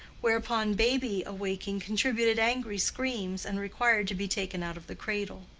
whereupon baby awaking contributed angry screams, and required to be taken out of the cradle.